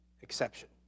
exception